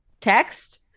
text